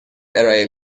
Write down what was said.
ارائه